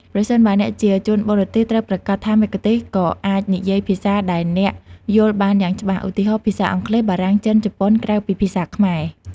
ប្រសិនបើអ្នកជាជនបរទេស ត្រូវប្រាកដថាមគ្គុទ្ទេសក៍អាចនិយាយ ភាសាដែលអ្នកយល់បានយ៉ាងច្បាស់ ឧទាហរណ៍ ភាសាអង់គ្លេស បារាំង ចិន ជប៉ុន ក្រៅពីភាសាខ្មែរ។